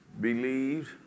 believed